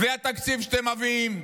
זה התקציב שאתם מביאים.